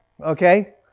Okay